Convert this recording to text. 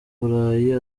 burayi